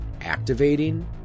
activating